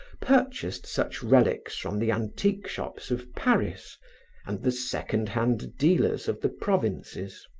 purchased such relics from the antique shops of paris and the second-hand dealers of the provinces.